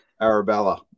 Arabella